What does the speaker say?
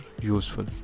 useful